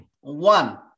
One